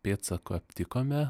pėdsakų aptikome